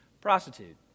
prostitute